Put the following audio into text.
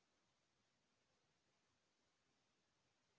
सुवास्थ बीमा का काम आ थे?